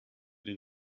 den